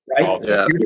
right